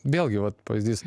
vėlgi vat pavyzdys